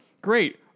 Great